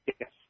Yes